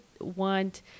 want